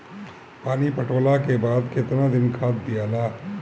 पानी पटवला के बाद केतना दिन खाद दियाला?